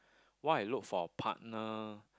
why I look for a partner